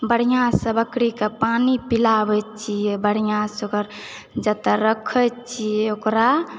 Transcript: बढ़िऑं सऽ बकरीके पानी पिलाबै छियै बढ़िऑं सऽ ओकर जतय रखै छियै ओकरा